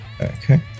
Okay